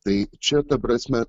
tai čia ta prasme